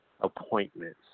appointments